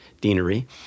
deanery